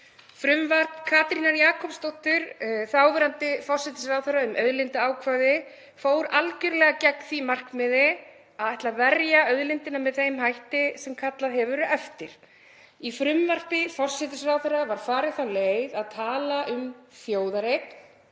Frumvarp Katrínar Jakobsdóttur, þáverandi forsætisráðherra, um auðlindaákvæði fór algerlega gegn því markmiði að ætla að verja auðlindina með þeim hætti sem kallað hefur verið eftir. Í frumvarpi forsætisráðherra var farin sú leið að tala um þjóðareign